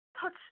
touch